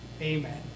Amen